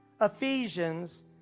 Ephesians